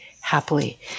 happily